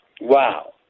Wow